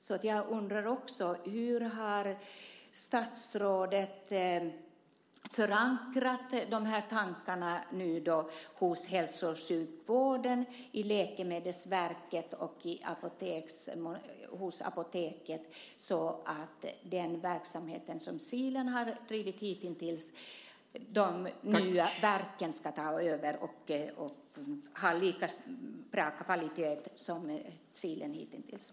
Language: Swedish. Därför undrar jag också hur statsrådet nu har förankrat de här tankarna hos hälso och sjukvården, hos Läkemedelsverket och hos Apoteket, så att den verksamhet som Kilen hitintills har bedrivit ska ha lika bra kvalitet när de nya verken ska ta över.